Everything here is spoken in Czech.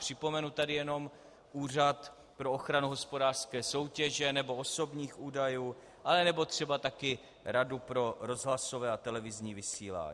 Připomenu tady jenom Úřad pro ochranu hospodářské soutěže nebo osobních údajů nebo třeba Radu pro rozhlasové a televizní vysílání.